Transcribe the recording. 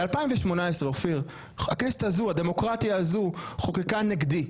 בשנת 2018 הכנסת הזו, הדמוקרטיה הזו, חוקקה נגדי,